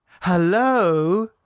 Hello